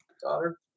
daughter